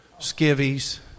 skivvies